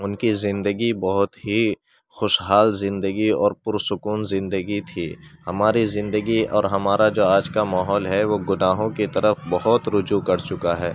ان کی زندگی بہت ہی خوشحال زندگی اور پر سکون زندگی تھی ہماری زندگی اور ہمارا جو آج کا ماحول ہے وہ گناہوں کی طرف بہت رجوع کر چکا ہے